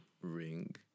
ring